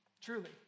truly